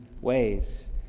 ways